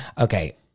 okay